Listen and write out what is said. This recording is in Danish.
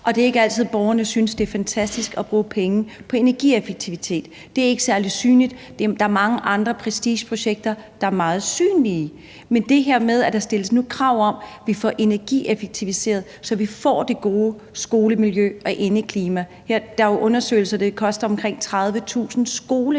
det er ikke altid, borgerne synes, det er fantastisk at bruge penge på energieffektivitet. Det er ikke særlig synligt, og der er mange andre prestigeprojekter, der er mere synlige. Men med det her stilles der nu krav om, at vi får energieffektiviseret, så vi får det gode skolemiljø og indeklima. Der er jo undersøgelser, der viser, at det koster omkring 30.000 skoledage